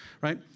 right